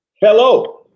Hello